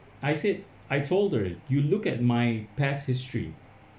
I said I told her you look at my past history